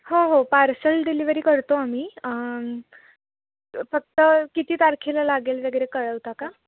हो हो parcel delivery करतो आम्ही फक्त किती तारखेला लागेल वगैरे कळवता का